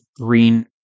green